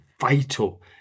vital